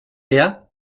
der